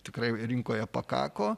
tikrai rinkoje pakako